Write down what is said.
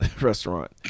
restaurant